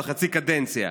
בחצי קדנציה,